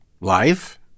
life